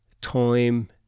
time